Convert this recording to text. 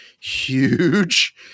huge